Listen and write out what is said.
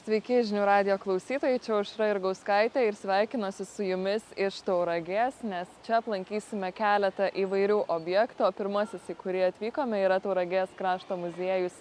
sveiki žinių radijo klausytojai čia aušra jurgauskaitė ir sveikinuosi su jumis iš tauragės nes čia aplankysime keletą įvairių objektų o pirmasis į kurį atvykome yra tauragės krašto muziejus